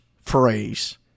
phrase